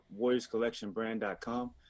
WarriorsCollectionBrand.com